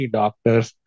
doctors